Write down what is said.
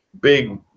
Big